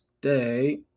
day